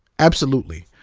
absolutely.